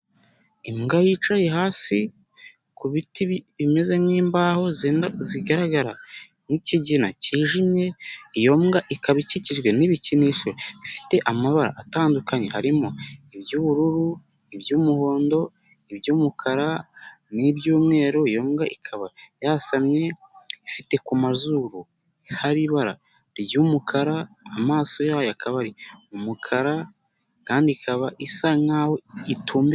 Imbwa yicaye hasi ku biti bimeze nkimbaho zigaragara nkikigina cyijimye, iyo mbwa ikaba ikikijwe n'ibikinisho bifite amabara atandukanye arimo iby'ubururu, iby'umuhondo, ibymukara ni iby'umweru, iyo mbwa ikaba yasamye, ifite ku mazuru hari ibara ry'umukara, amaso yayo akaba ari umukara kandi ikaba isa nkaho itumbiriye.